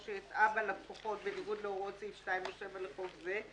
או שהטעה בה לקוחות בניגוד להוראות סעיף 2 או 7 לחוק זה,